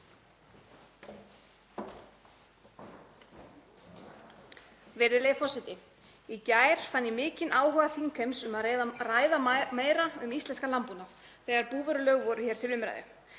Virðulegi forseti. Í gær fann ég mikinn áhuga þingheims á að ræða meira um íslenskan landbúnað þegar búvörulög voru hér til umræðu.